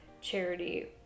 charity